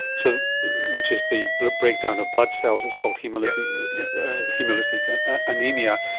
so which is the breakdown of blood cells, it's called haemolytic yeah haemolytic and anaemia.